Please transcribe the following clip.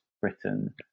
Britain